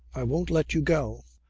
i won't let you go.